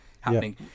happening